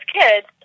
kids